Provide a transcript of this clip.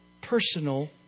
personal